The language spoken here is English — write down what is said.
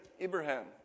Ibrahim